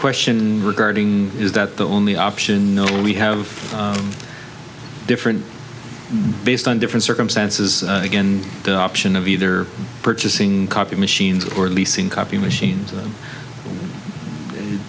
question regarding is that the only option known we have different based on different circumstances again option of either purchasing copy machines or leasing copy machines